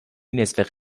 نصف